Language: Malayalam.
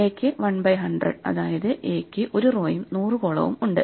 A ക്ക് 1 ബൈ 100 അതായത് A ക്ക് 1 റോയും 100 കോളവും ഉണ്ട്